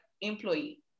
employee